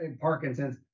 Parkinson's